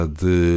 de